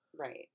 Right